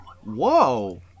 Whoa